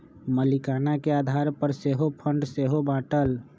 मलीकाना के आधार पर सेहो फंड के सेहो बाटल